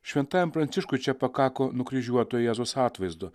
šventajam pranciškui čia pakako nukryžiuoto jėzaus atvaizdo